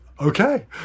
okay